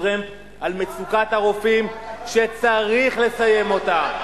טרמפ על מצוקת הרופאים שצריך לסיים אותה.